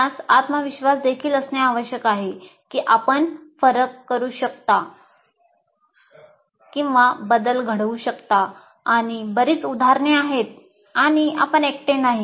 आपणास आत्मविश्वास देखील असणे आवश्यक आहे की आपण फरक करू शकता आणि बरीच उदाहरणे आहेत आणि आपण एकटे नाही